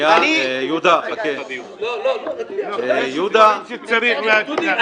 יש דברים שצריך --- דודי,